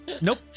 Nope